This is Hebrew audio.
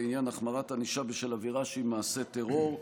לעניין החמרת ענישה בשל עבירה שהיא מעשה טרור,